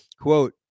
Quote